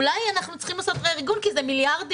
אולי אנחנו צריכים לעשות רה-ארגון כי אלו מיליארדים.